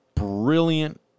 Brilliant